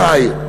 אחי,